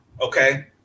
okay